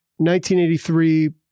1983